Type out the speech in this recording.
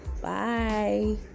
Bye